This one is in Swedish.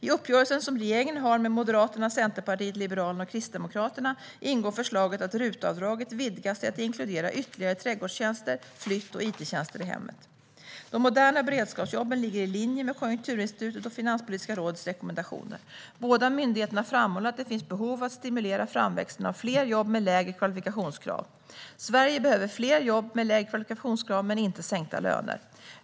I uppgörelsen som regeringen har med Moderaterna, Centerpartiet, Liberalerna och Kristdemokraterna ingår förslaget att RUT-avdraget vidgas till att inkludera ytterligare trädgårdstjänster, flytt och it-tjänster i hemmet. De moderna beredskapsjobben ligger i linje med Konjunkturinstitutets och Finanspolitiska rådets rekommendationer. Båda myndigheterna framhåller att det finns behov av att stimulera framväxten av fler jobb med lägre kvalifikationskrav. Sverige behöver fler jobb med lägre kvalifikationskrav, men inte sänkta löner.